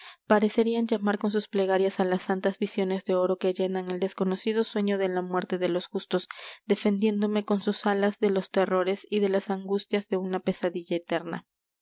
parecerían llamar con sus plegarias á las santas visiones de oro que llenan el desconocido sueño de la muerte de los justos defendiéndome con sus alas de los terrores y de las angustias de una pesadilla eterna